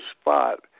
spot